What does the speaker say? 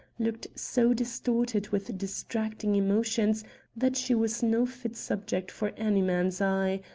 looked so distorted with distracting emotions that she was no fit subject for any man's eye,